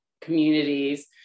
communities